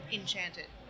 enchanted